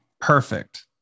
Perfect